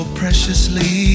preciously